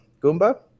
Goomba